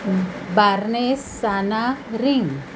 barnes sana ring